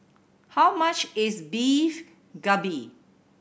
how much is Beef Galbi